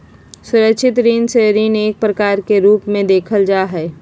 सुरक्षित ऋण के ऋण के एक प्रकार के रूप में देखल जा हई